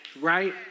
Right